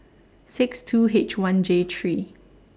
six two H one J three